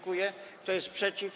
Kto jest przeciw?